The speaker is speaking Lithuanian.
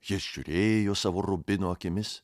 jis žiūrėjo savo rubino akimis